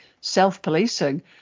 self-policing